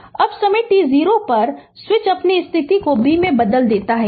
Refer Slide Time 1907 अब समय t 0 पर स्विच अपनी स्थिति को B में बदल देता है